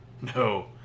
No